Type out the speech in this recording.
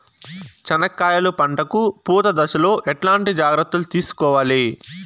చెనక్కాయలు పంట కు పూత దశలో ఎట్లాంటి జాగ్రత్తలు తీసుకోవాలి?